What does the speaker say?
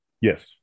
Yes